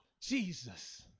Jesus